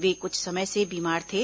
वे कुछ समय से बीमार थे